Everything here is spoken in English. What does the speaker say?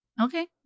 Okay